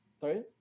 Sorry